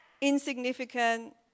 Insignificant